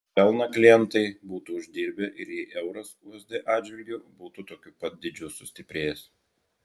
pelną klientai būtų uždirbę ir jei euras usd atžvilgiu būtų tokiu pat dydžiu sustiprėjęs